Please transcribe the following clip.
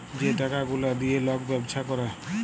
যে টাকা গুলা দিঁয়ে লক ব্যবছা ক্যরে